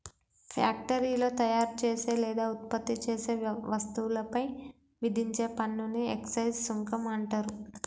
ఫ్యాక్టరీలో తయారుచేసే లేదా ఉత్పత్తి చేసే వస్తువులపై విధించే పన్నుని ఎక్సైజ్ సుంకం అంటరు